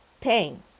Pain